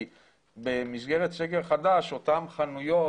כי במסגרת סגר חדש אותן חנויות,